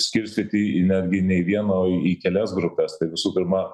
skirstyti į netgi ne į vieną o į kelias grupes tai visų pirma